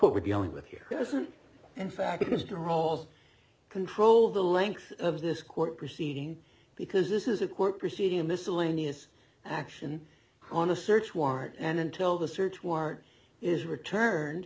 what we're dealing with here doesn't in fact mr olson control the length of this court proceeding because this is a court proceeding miscellaneous action on a search warrant and until the search warrant is returned